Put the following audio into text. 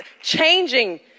changing